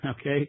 okay